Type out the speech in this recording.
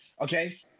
Okay